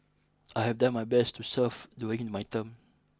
I have done my best to serve during my term